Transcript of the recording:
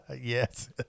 Yes